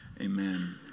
Amen